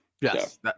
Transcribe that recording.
Yes